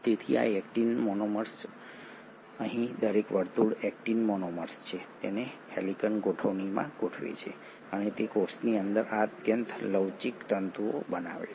તેથી આ actin monomers તેથી અહીં દરેક વર્તુળ એક્ટિન મોનોમર છે તેઓ હેલિકલ ગોઠવણીમાં ગોઠવે છે અને તે કોષની અંદર આ અત્યંત લવચીક તંતુઓ બનાવે છે